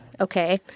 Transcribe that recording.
Okay